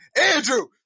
Andrew